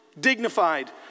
dignified